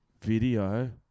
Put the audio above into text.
video